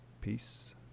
Peace